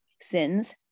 sins